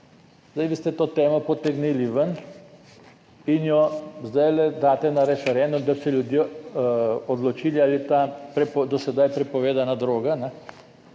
Zdaj, vi ste to temo potegnili ven in jo zdaj daste na referendum, da bi se ljudje odločili ali je ta do sedaj prepovedana droga